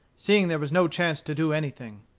seeing there was no chance to do anything.